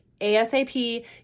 ASAP